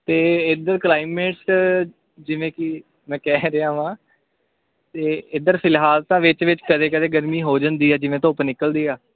ਅਤੇ ਇੱਧਰ ਕਲਾਈਮੇਟ ਜਿਵੇਂ ਕਿ ਮੈਂ ਕਹਿ ਰਿਹਾ ਵਾ ਅਤੇ ਇੱਧਰ ਫਿਲਹਾਲ ਤਾਂ ਵਿੱਚ ਵਿੱਚ ਕਦੇ ਕਦੇ ਗਰਮੀ ਹੋ ਜਾਂਦੀ ਹੈ ਜਿਵੇਂ ਧੁੱਪ ਨਿਕਲਦੀ ਹੈ